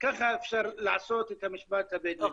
ככה אפשר לעשות את המשפט הבדואי.